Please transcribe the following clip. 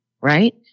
right